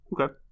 okay